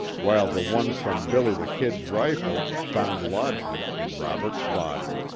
while the one from billy the kid's rifle, found lodgment in robert's body.